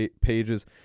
pages